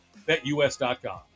Betus.com